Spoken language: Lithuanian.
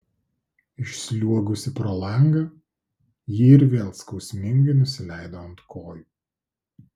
išsliuogusi pro langą ji ir vėl skausmingai nusileido ant kojų